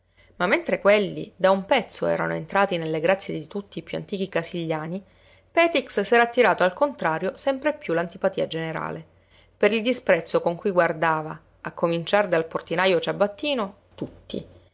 ma mentre quelli da un pezzo erano entrati nelle grazie di tutti i più antichi casigliani petix s'era attirato al contrario sempre più l'antipatia generale per il disprezzo con cui guardava a cominciar dal portinajo ciabattino tutti